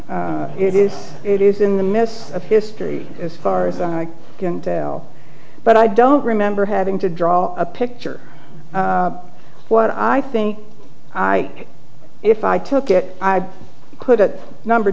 not it is it is in the midst of history as far as i can tell but i don't remember having to draw a picture what i think i if i took it i could at number